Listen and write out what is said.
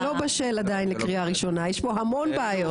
זה לא בשל עדיין לקריאה ראשונה, יש המון בעיות.